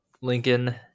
Lincoln